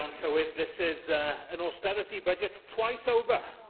um so am this is an austerity budget. twice over,